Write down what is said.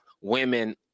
women